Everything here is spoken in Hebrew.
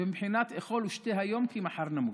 זה מבחינת אכול ושתה היום כי מחר נמות.